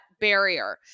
barrier